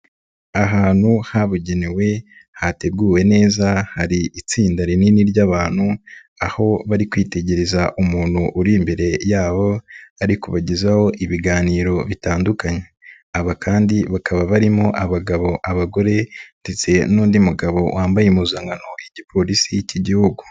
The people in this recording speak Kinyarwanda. Ahantu habugenewe hateguwe neza hari itsinda rinini ry'abantu, aho bari kwitegereza umuntu uri imbere yabo, ari kubagezaho ibiganiro bitandukanye. Aba kandi bakaba barimo: abagabo, abagore ndetse n'undi mugabo wambaye impuzankano y'igipolisi k'Igihugu.